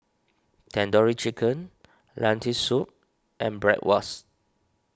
Tandoori Chicken Lentil Soup and Bratwurst